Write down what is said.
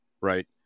Right